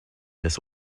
this